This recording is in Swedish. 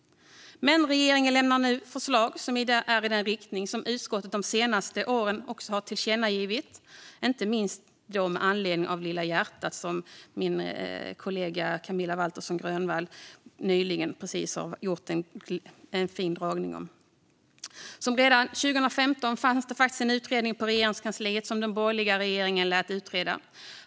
Men regeringen lämnar nu förslag som är i linje med de tillkännagivanden som utskottet gjort de senaste åren, då inte minst med anledning av fallet med "Lilla hjärtat", som min kollega Camilla Waltersson Grönvall nyss gjorde en fin dragning om. Redan 2015 fanns det på Regeringskansliet en utredning som den borgerliga regeringen låtit göra.